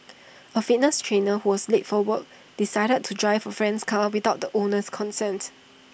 A fitness trainer who was late for work decided to drive A friend's car without the owner's consent